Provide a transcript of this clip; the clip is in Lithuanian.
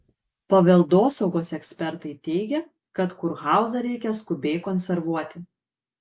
paveldosaugos ekspertai teigia kad kurhauzą reikia skubiai konservuoti